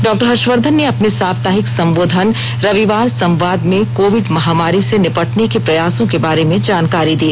doctor Harshvardhan ने अपने साप्ताहिक संबोधन रविवार संवाद में कोविड महामारी से निपटने के प्रयासों के बारे में जानकारी दी